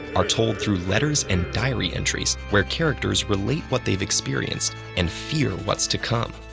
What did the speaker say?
are told through letters and diary entries where characters relate what they've experienced and fear what's to come.